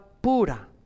pura